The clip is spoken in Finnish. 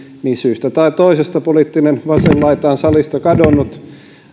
niin syystä tai toisesta poliittinen vasen laita on salista kadonnut